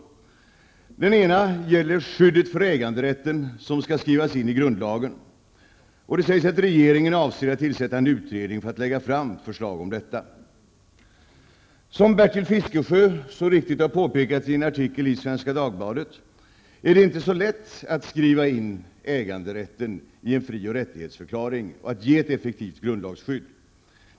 Den ena gäller skyddet för äganderätten, som skall skrivas in i grundlagen. Det sägs att regeringen avser att tillsätta en utredning för att lägga fram förslag om detta. Som Bertil Fiskesjö så riktigt påpekat i en artikel i Svenska Dagbladet är det inte så lätt att skriva in äganderätten i en fri och rättighetsförklaring och ge ett effektivt grundlagsskydd.